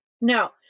Now